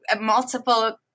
multiple